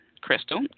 crystal